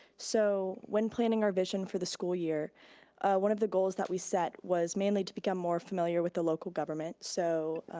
so, when planning our vision for the school year one of the goals that we set was mainly to become more familiar with the local government. so,